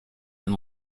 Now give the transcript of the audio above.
than